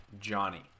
Johnny